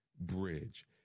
Bridge